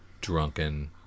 drunken